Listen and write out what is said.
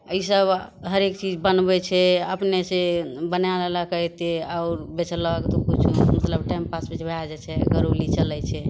ईसब हरेक चीज बनबय छै अपने से बना लै लए कहय छियै आओर बेचय लऽ मतलब टाइम पास भी भए जाइ छै रोजी चलय छै